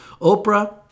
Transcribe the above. Oprah